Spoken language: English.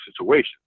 situation